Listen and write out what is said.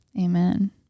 Amen